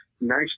nice